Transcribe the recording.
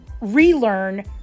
Relearn